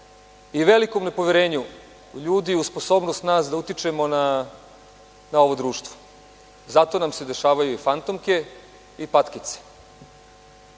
i velikom nepoverenju ljudi u sposobnost nas da utičemo na ovo društvo. Zato nam se dešavaju i fantomke i patkice.